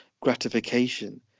gratification